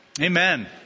amen